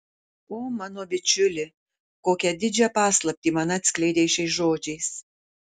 o mano bičiuli kokią didžią paslaptį man atskleidei šiais žodžiais